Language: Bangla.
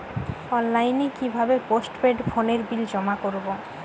অনলাইনে কি ভাবে পোস্টপেড ফোনের বিল জমা করব?